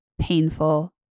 painful